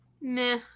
Meh